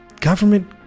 government